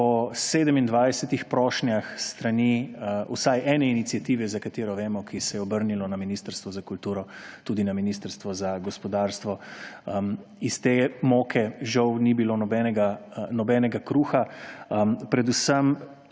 po 27 prošnjah s strani vsaj ene iniciative, za katero vemo, ki se je obrnila na Ministrstvu za kulturo, tudi na Ministrstvo za gospodarstvo, iz te moke, žal, ni bilo nobenega kruha. Predvsem